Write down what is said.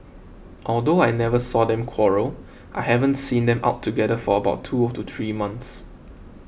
although I never saw them quarrel I haven't seen them out together for about two to three months